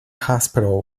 hospital